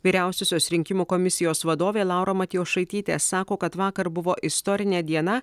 vyriausiosios rinkimų komisijos vadovė laura matjošaitytė sako kad vakar buvo istorinė diena